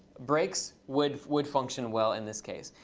breaks would would function well in this case.